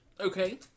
Okay